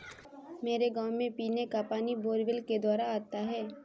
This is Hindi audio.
मेरे गांव में पीने का पानी बोरवेल के द्वारा आता है